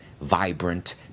vibrant